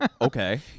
Okay